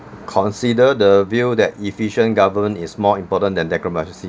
consider the view that efficient government is more important than democracy